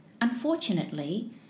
Unfortunately